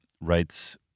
writes